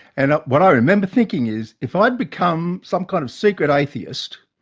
and what i remember thinking is, if i'd become some kind of secret atheist,